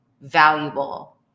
valuable